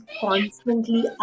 constantly